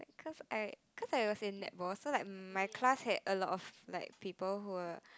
cause I cause I was in netball so like my class has a lot of like people who were